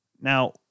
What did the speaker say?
Now